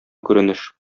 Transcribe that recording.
күренеш